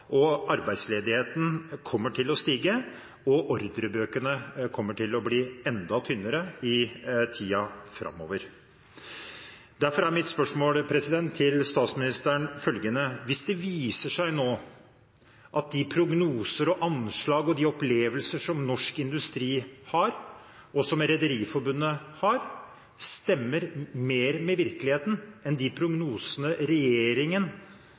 arbeidsledigheten kommer til å stige, og at ordrebøkene kommer til å bli enda tynnere i tiden framover. Derfor er mitt spørsmål til statsministeren følgende: Hvis det viser seg nå at de prognoser og anslag og opplevelser som Norsk Industri har, og som Rederiforbundet har, stemmer mer med virkeligheten enn de prognosene regjeringen